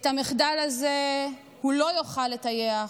את המחדל הזה הוא לא יוכל לטייח,